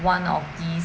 one of these